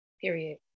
Period